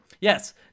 Yes